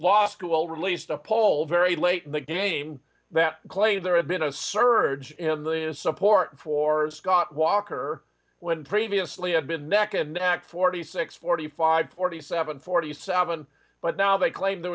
law school released a poll very late in the game that claimed there had been a surge in the support for scott walker when previously had been neck and neck forty six forty five forty seven forty seven but now they claim there